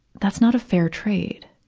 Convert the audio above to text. that's not a fair trade,